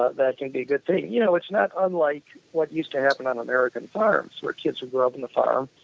ah that can be a good thing. you know, it's not unlike what used to happen on american farms, where kids would grow up on the farm.